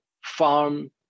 farm